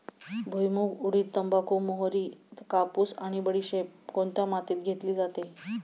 भुईमूग, उडीद, तंबाखू, मोहरी, कापूस आणि बडीशेप कोणत्या मातीत घेतली जाते?